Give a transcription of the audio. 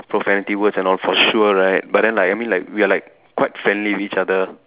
profanity words and all for sure right but then like I mean like we are like quite friendly with each other